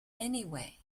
anyway